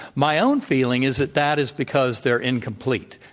my own feeling is that that is because they're incomplete,